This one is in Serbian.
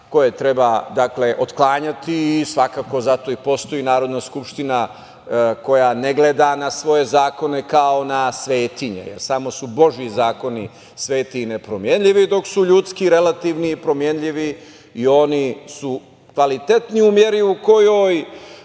koje treba otklanjati i svakako zato i postoji Narodna skupština koja ne gleda na svoje zakone kao na svetinje, jer samo su Božiji zakoni sveti i nepromenljivi, dok su ljudski relativni i promenljivi, i oni su kvalitetniji u meri u kojoj